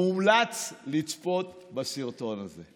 מומלץ לצפות בסרטון הזה.